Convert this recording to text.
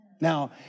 Now